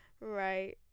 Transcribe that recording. Right